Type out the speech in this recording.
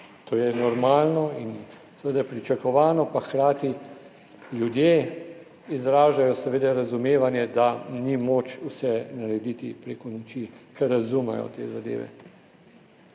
to je normalno in pričakovano, hkrati pa ljudje izražajo razumevanje, da ni moč vsega narediti prek noči, ker razumejo te zadeve.